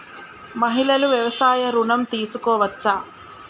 మహిళలు వ్యవసాయ ఋణం తీసుకోవచ్చా?